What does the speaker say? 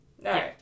No